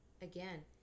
Again